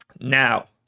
Now